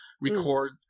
record